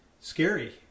scary